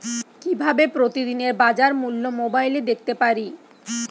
কিভাবে প্রতিদিনের বাজার মূল্য মোবাইলে দেখতে পারি?